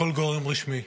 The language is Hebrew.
לכל גורם רשמי.